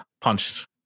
punched